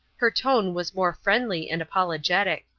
her tone was more friendly and apologetic.